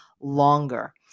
longer